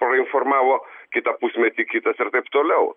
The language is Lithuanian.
prainformavo kitą pusmetį kitas ir taip toliau